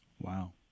Wow